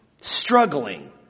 struggling